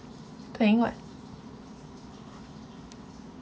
think what